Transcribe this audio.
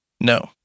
No